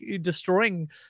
destroying